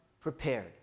prepared